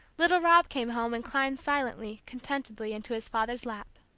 little rob came home, and climbed silently, contentedly, into his father's lap.